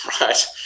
right